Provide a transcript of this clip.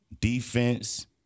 defense